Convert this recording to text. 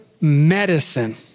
medicine